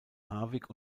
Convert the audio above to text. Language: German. harvick